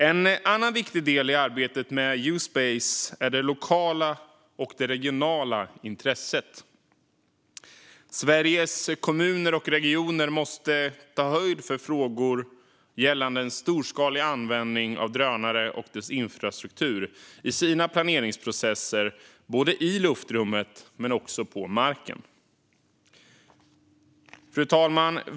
En annan viktig del i arbetet med U-space är det lokala och regionala intresset. Sveriges Kommuner och Regioner måste ta höjd för frågor gällande en storskalig användning av drönare och deras infrastruktur i sina planeringsprocesser - det gäller både i luftrummet och på marken. Fru talman!